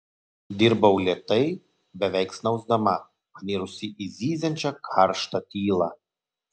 dirbau lėtai beveik snausdama panirusi į zyziančią karštą tylą